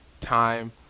time